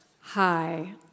Hi